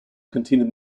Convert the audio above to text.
continued